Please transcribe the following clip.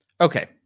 Okay